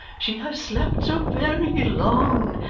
she has slept so very long.